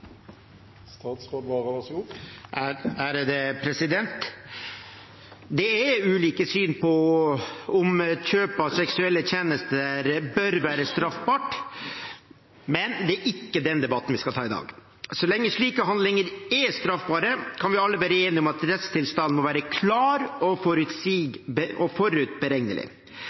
ulike syn på om kjøp av seksuelle tjenester bør være straffbart, men det er ikke den debatten vi skal ta i dag. Så lenge slike handlinger er straffbare, kan vi alle være enige om at rettstilstanden må være klar og